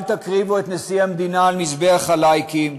אל תקריבו את נשיא המדינה על מזבח הלייקים,